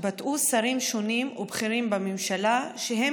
התבטאו שרים שונים ובכירים בממשלה שהם